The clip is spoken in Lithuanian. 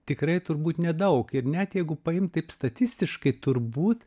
tikrai turbūt nedaug ir net jeigu paimt taip statistiškai turbūt